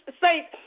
say